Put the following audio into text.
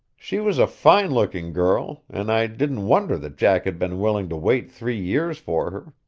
she was a fine-looking girl, and i didn't wonder that jack had been willing to wait three years for her.